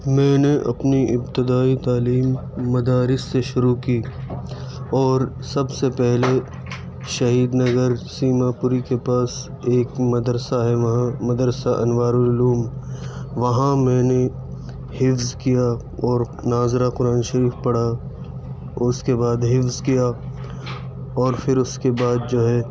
میں نے اپنی ابتدائی تعلیم مدارس سے شروع کی اور سب سے پہلے شہید نگرسیماپوری کے پاس ایک مدرسہ ہے وہاں مدرسہ انوارالعلوم وہاں میں نے حفظ کیا اور ناظرہ قرآن شریف پڑھا اس کے بعد حفظ کیا اور پھر اس کے بعد جو ہے